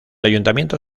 ayuntamiento